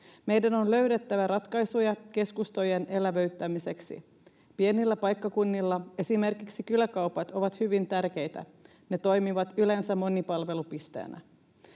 Meidän on löydettävä ratkaisuja keskustojen elävöittämiseksi. Pienillä paikkakunnilla esimerkiksi kyläkaupat ovat hyvin tärkeitä. Ne toimivat yleensä monipalvelupisteinä.